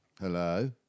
Hello